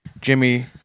Jimmy